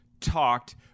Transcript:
talked